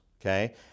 okay